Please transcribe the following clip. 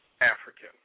African